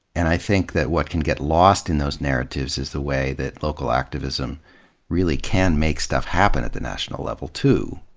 and i think that what can get lost in those narratives is the way that local activism really can make stuff happen at the national level too.